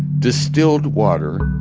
distilled water,